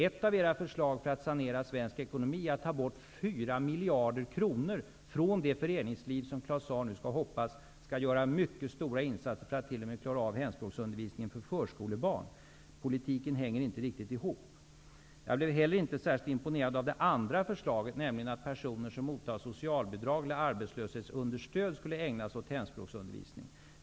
Ett av era förslag för att sanera svensk ekonomi är att ta bort 4 miljarder kronor från det föreningsliv som Claus Zaar nu hoppas skall göra mycket stora insatser för att t.o.m. klara av hemspråksundervisningen för förskolebarn. Politiken hänger inte riktigt ihop. Jag blir inte heller särskilt imponerad av det andra förslaget, närmligen att personer som mottar socialbidrag eller arbetslöshetsunderstöd skulle ägna sig åt hemspråksundervisning.